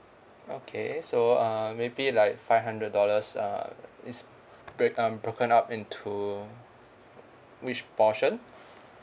okay so uh maybe like five hundred dollars uh it's break um broken up into which portion